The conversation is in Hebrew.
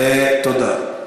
תודה.